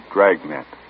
Dragnet